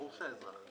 ברור שהאזרח.